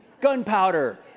Gunpowder